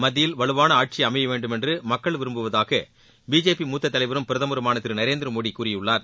மத்தியில் வலுவான ஆட்சி அமைய வேண்டும் என்று மக்கள் விரும்புவதாக பிஜேபி மூத்த தலைவரும் பிரதமருமான திரு நரேந்திர மோடி கூறியுள்ளார்